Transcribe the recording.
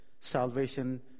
salvation